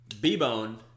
B-Bone